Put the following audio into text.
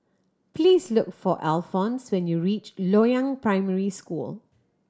please look for Alphons when you reach Loyang Primary School